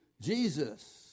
Jesus